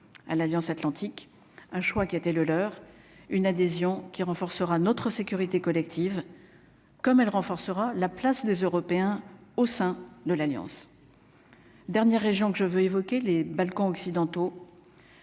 à l'Alliance Atlantique, un choix qui était le leur, une adhésion qui renforcera notre sécurité collective comme elle renforcera la place des Européens au sein de l'Alliance, dernière région que je veux évoquer les Balkans occidentaux.